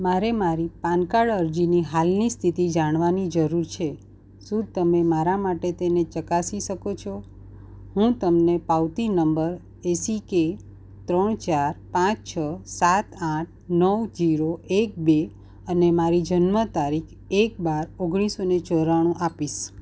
મારે મારી PAN card અરજીની હાલની સ્થિતિ જાણવાની જરૂર છે શું તમે મારા માટે તેને ચકાસી શકો છો હું તમને પાવતી નંબર એસીકે ત્રણ ચાર પાંચ છ સાત આઠ નવ જીરો એક બે અને મારી જન્મ તારીખ એક બાર ઓગણીસો ને ચોરાણું આપીશ